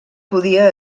podia